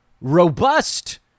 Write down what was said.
robust